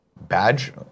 Badge